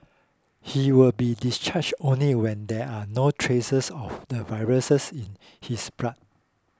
he will be discharge only when there are no traces of the viruses in his blood